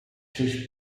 seis